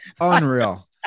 unreal